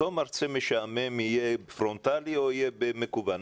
אותו מרצה משעמם יהיה פרונטלי או יהיה במקוון,